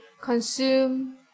consume